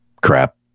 crap